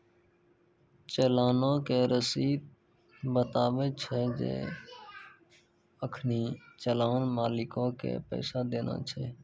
चलानो के रशीद बताबै छै जे अखनि चलान मालिको के पैसा देना छै